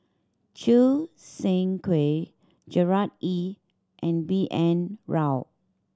Choo Seng Quee Gerard Ee and B N Rao